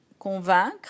convaincre